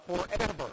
forever